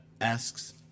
asks